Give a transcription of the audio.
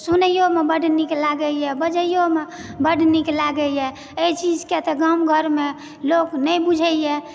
सुनइओमे बड्ड नीक लागयए बजयओमे बड्ड नीक लागयए एहि चीजके तऽ गाम घरमे लोक नहि बुझयए